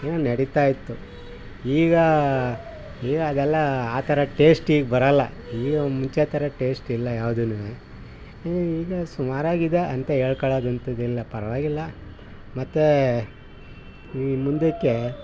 ಏನೋ ನಡಿತಾಯಿತ್ತು ಈಗ ಈಗ ಅದೆಲ್ಲ ಆ ಥರ ಟೇಸ್ಟ್ ಈಗ ಬರಲ್ಲ ಈಗ ಮುಂಚೆ ಥರ ಟೇಸ್ಟಿಲ್ಲ ಯಾವ್ದುನು ಈಗ ಸುಮಾರಾಗಿದೆ ಅಂತ ಹೇಳ್ಕೊಳೋದ್ ಎಂಥದಿಲ್ಲ ಪರವಾಗಿಲ್ಲ ಮತ್ತೆ ಈ ಮುಂದಕ್ಕೆ